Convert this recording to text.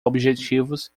objetivos